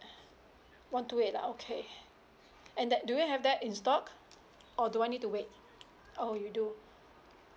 one two eight ah okay and that do you have that in stock or do I need to wait oh you do